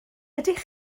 ydych